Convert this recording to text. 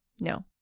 No